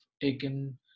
taken